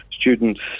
students